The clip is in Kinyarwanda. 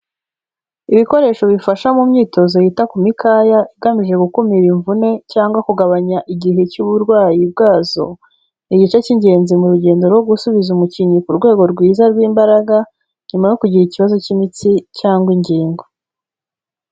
Ibikoresho bifasha mu myitozo yita ku mikaya, igamije gukumira imvune cyangwa kugabanya igihe cy'uburwayi bwazo, ni igice cy'ingenzi mu rugendo rwo gusubiza umukinnyi ku rwego rwiza rw'imbaraga, nyuma yo kugira ikibazo cy'imitsi cyangwa ingingo.